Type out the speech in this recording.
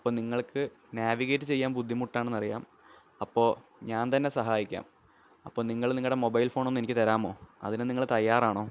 അപ്പോൾ നിങ്ങള്ക്ക് നാവിഗേറ്റ് ചെയ്യാന് ബുദ്ധിമുട്ടാണെന്ന് അറിയാം അപ്പോൾ ഞാന് തന്നെ സഹായിക്കാം അപ്പോൾ നിങ്ങൾ നിങ്ങളുടെ മൊബൈല് ഫോണൊന്നു എനിക്ക് തരാമോ അതിന് നിങ്ങള് തയ്യാറാണോ